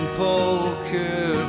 poker